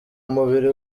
umubiri